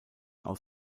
aus